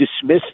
dismiss